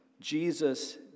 Jesus